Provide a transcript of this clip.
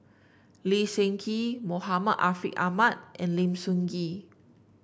Lee Seng Gee Muhammad Ariff Ahmad and Lim Sun Gee